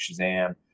Shazam